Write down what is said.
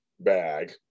bag